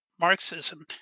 Marxism